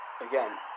again